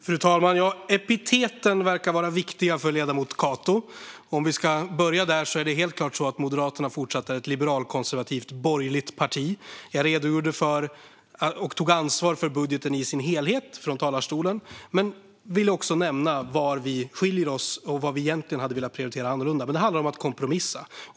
Fru talman! Epiteten verkar vara viktiga för ledamoten Cato. Om vi ska börja där fortsätter Moderaterna helt klart att vara ett liberalkonservativt borgerligt parti. Från talarstolen redogjorde jag för och tog ansvar för budgeten i sin helhet, men jag ville också nämna var vi skiljer oss åt och var vi egentligen hade velat prioritera annorlunda. Det handlar om att kompromissa.